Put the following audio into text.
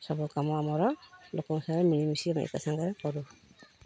ସବୁ କାମ ଆମର ଲୋକଙ୍କ ସାଙ୍ଗରେ ମିଳିମିଶି ଆମେ ଏକା ସାଙ୍ଗରେ କରୁ